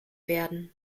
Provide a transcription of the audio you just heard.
werden